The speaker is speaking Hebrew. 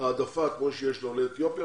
העדפה כמו שיש לעולי אתיופיה,